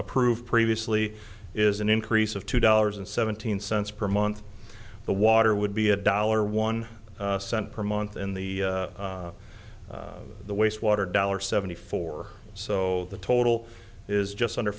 approved previously is an increase of two dollars and seventeen cents per month the water would be a dollar one cent per month in the wastewater dollar seventy four so the total is just under